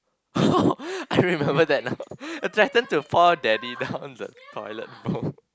I remember that now I threaten to pour daddy down the toilet bowl